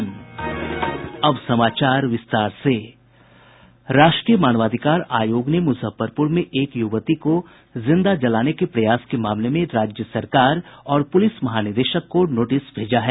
राष्ट्रीय मानवाधिकार आयोग ने मुजफ्फरपुर में एक युवती को जिंदा जलाने के प्रयास के मामले में राज्य सरकार और पुलिस महानिदेशक को नोटिस भेजा है